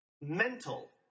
mental